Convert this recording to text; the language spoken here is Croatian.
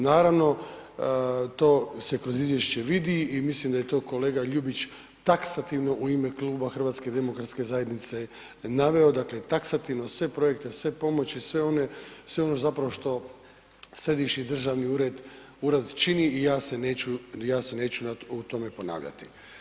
Naravno to se kroz izvješće vidi i mislim da je to kolega Ljubić taksativno u ime Kluba HDZ-a naveo, dakle taksativno sve projekte, sve pomoći, sve ono zapravo što središnji državni ured čini i ja će se neću u tome ponavljati.